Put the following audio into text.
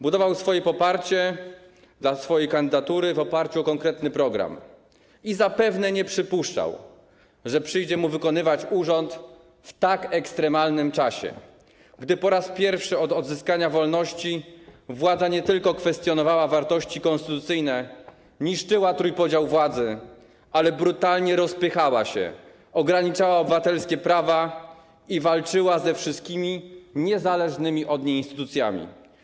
Budował poparcie dla swojej kandydatury, opierając się na konkretnym programie, i zapewne nie przypuszczał, że przyjdzie mu wykonywać urząd w tak ekstremalnym czasie, gdy po raz pierwszy od odzyskania wolności władza nie tylko kwestionowała wartości konstytucyjne, niszczyła trójpodział władzy, lecz także brutalnie rozpychała się, ograniczała obywatelskie prawa i walczyła ze wszystkimi niezależnymi od niej instytucjami.